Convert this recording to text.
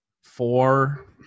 four